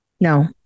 No